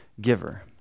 giver